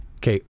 Okay